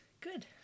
Good